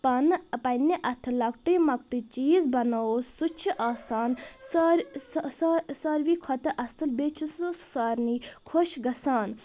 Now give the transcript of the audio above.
پانہٕ پننہِ اتھٕ لۄکٹُے مۄکٹُے چیٖز بناوو سُہ چھُ آسان سار سا سا ساروٕے کھۄتہٕ اصل بیٚیہِ چھُ سُہ سارنٕے خۄش گژھان